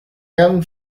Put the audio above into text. young